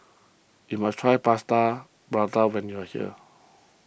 you must try Plaster Prata when you are here